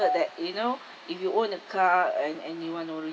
heard that you know if you owned a car and and you want to